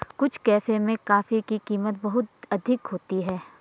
कुछ कैफे में कॉफी की कीमत बहुत अधिक होती है